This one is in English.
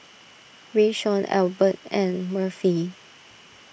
Rayshawn Elbert and Murphy